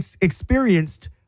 experienced